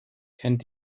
kennt